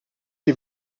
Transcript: die